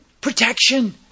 protection